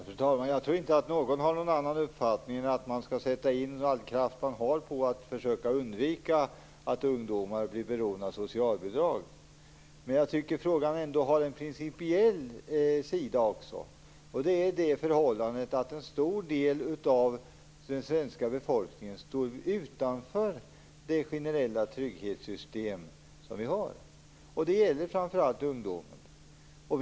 Fru talman! Jag tror inte att någon har någon annan uppfattning än att man skall sätta in all kraft på att försöka undvika att ungdomar blir beroende av socialbidrag. Men jag tycker ändå att frågan också har en principiell sida. Förhållandet är att en stor del av den svenska befolkningen står utanför vårt generella trygghetssystem. Det gäller framför allt ungdomen.